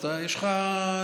אז יש לך דילמה.